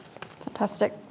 Fantastic